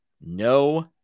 No